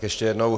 Ještě jednou.